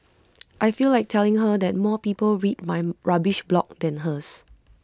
I feel like telling her that more people read my rubbish blog than hers